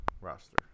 roster